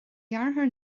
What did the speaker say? dheartháir